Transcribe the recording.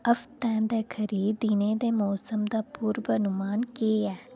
हफ्ते दे खरी दिनें दे मौसम दा पूर्वानुमान केह् ऐ